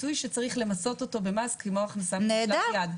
מקצועי שצריך למסות אותו במס כמו הכנסה ממשלח יד.